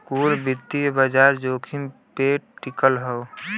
कुल वित्तीय बाजार जोखिम पे टिकल हौ